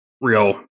real